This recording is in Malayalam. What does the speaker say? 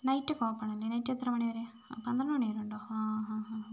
നൈറ്റ് ഒക്കെ ഓപ്പൺ അല്ലേ നൈറ്റ് എത്ര മണിവരെ പന്ത്രണ്ട് മണി വരെ ഉണ്ടോ ഹാ ഹാ ഹാ ഓക്കേ